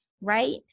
right